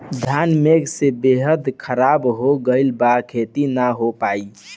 घन मेघ से वेदर ख़राब हो गइल बा खेती न हो पाई